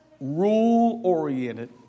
rule-oriented